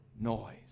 noise